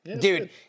Dude